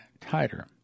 tighter